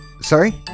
sorry